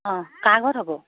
অঁ কাৰ ঘৰত হ'ব